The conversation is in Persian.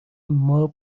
مار